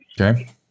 Okay